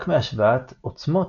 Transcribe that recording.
רק מהשוואת עוצמות,